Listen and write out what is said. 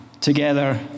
together